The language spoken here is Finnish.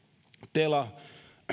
tela